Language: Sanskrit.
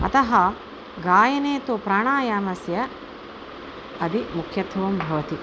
अतः गायने तु प्राणायामस्य अतिमुख्यत्वं भवति